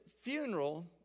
funeral